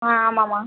ஆ ஆமாம்மா